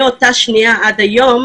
מאותה שנייה ועד היום